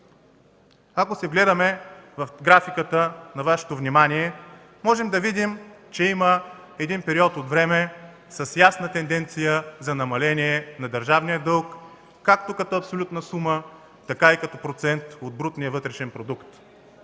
Ако се вгледаме в графиката на Вашето внимание, можем да видим, че има един период от време на ясна тенденция за намаление на държавния дълг както като абсолютна сума, така и като процент от брутния вътрешен продукт.